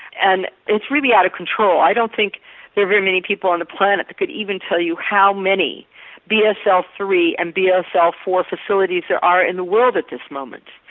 and it's really out of control. i don't think there are very many people on the planet that could even tell you how many b s l three and b s l four facilities there are in the world at this moment.